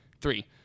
Three